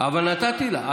אבל נתתי לך.